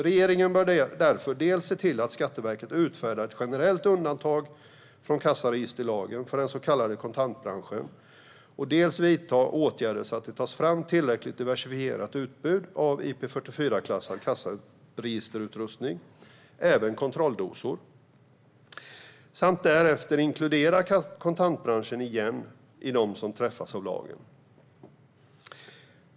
Regeringen bör därför dels se till att Skatteverket utfärdar ett generellt undantag från kassaregisterlagen för den så kallade kontantbranschen, dels vidta åtgärder så att det tas fram ett tillräckligt diversifierat utbud av IP44-klassad kassaregisterutrustning, även kontrolldosor, samt därefter åter inkludera kontantbranschen bland dem som träffas av lagen.